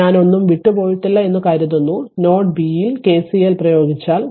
ഞാൻ ഒന്നും വിട്ടു പോയിട്ടില്ല എന്നു കരുതുന്നു നോഡ് ബി യിൽ KCL പ്രയോഗിച്ചാൽ